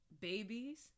babies